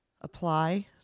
apply